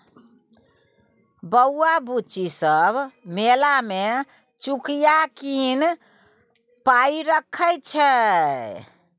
बौआ बुच्ची सब मेला मे चुकिया कीन पाइ रखै छै